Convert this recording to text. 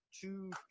two